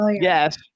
yes